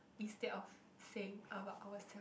instead of saying about ourself